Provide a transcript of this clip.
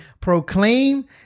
Proclaim